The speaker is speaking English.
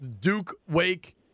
Duke-Wake